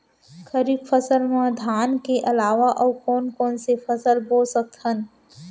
खरीफ फसल मा धान के अलावा अऊ कोन कोन से फसल बो सकत हन?